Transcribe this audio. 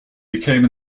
became